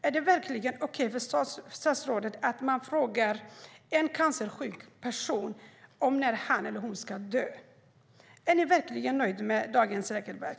Är det verkligen okej för statsrådet att man frågar en cancersjuk person när han eller hon ska dö? Är ni verkligen nöjda med dagens regelverk?